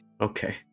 Okay